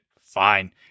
Fine